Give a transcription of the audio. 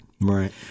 Right